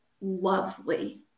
lovely